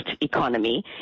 economy